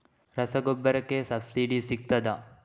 ರಸಗೊಬ್ಬರಕ್ಕೆ ಸಬ್ಸಿಡಿ ಸಿಗ್ತದಾ?